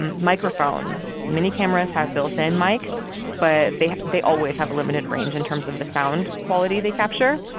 um microphones, many cameras have built-in mics but they they always have a limited range in terms of the sound quality they capture.